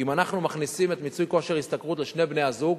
אם אנחנו מכניסים את מיצוי כושר ההשתכרות על שני בני-הזוג,